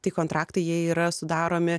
tai kontraktai jie yra sudaromi